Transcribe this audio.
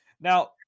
Now